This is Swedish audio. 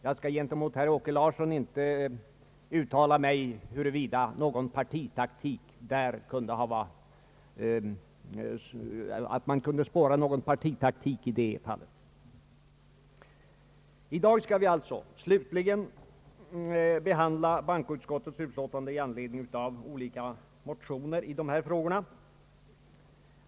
Jag skall gentemot herr Åke Larsson inte uttala mig om huruvida bakom detta kan spåras någon partitaktik. I dag skall vi till slut behandla bankoutskottets utlåtande i anledning av olika motioner i dessa frågor.